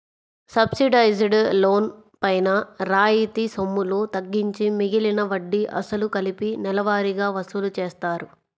subsidised loan పైన రాయితీ సొమ్ములు తగ్గించి మిగిలిన వడ్డీ, అసలు కలిపి నెలవారీగా వసూలు చేస్తారు